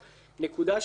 שתיים,